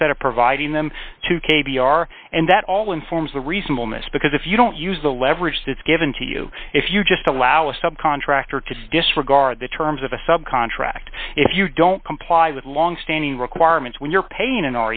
instead of providing them to k b r and that all informs the reasonableness because if you don't use the leverage that's given to you if you just allow a subcontractor to disregard the terms of a sub contract if you don't comply with longstanding requirements when you're paying an